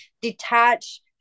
detach